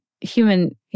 human